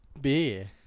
beer